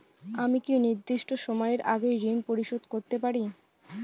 আমি কি নির্দিষ্ট সময়ের আগেই ঋন পরিশোধ করতে পারি?